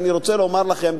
אני רוצה לומר לכם,